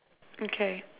okay